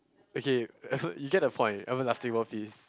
okay Efert you get the point ever lasting about this